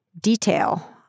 detail